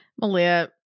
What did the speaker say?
malia